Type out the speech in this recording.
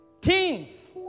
Teens